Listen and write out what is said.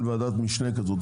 מעין ועדת משנה כזאת,